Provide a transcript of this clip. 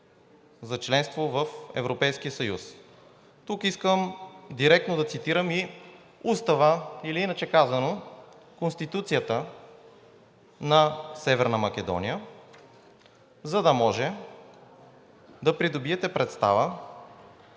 за членство в Европейския съюз. Тук искам директно да цитирам и Устава, или иначе казано, Конституцията на Северна Македония, за да може да придобиете представа